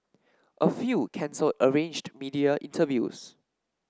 a few cancelled arranged media interviews